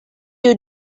you